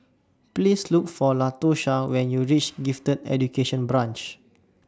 Please Look For Latosha when YOU REACH Gifted Education Branch